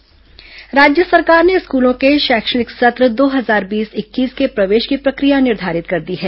स्कूली शिक्षा प्रवेश राज्य सरकार ने स्कूलों के शैक्षणिक सत्र दो हजार बीस इक्कीस के प्रवेश की प्रक्रिया निर्धारित कर दी है